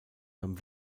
beim